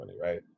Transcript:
right